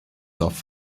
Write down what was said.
off